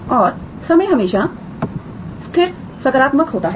और समय हमेशा सकारात्मक होता है